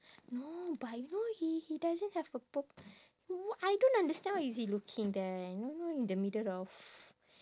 no but you know he he doesn't have a purp~ no I don't understand why is he looking there know know in the middle of